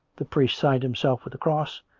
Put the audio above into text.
the priest signed himself with the cross,